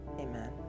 amen